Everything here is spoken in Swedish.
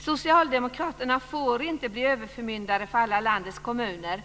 Socialdemokraterna får inte bli överförmyndare för alla landets kommuner.